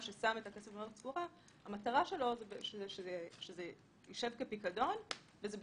מאוד חשוב לנו שהצו הזה יוחל עלינו כמה שיותר מהר ותוציאו אותנו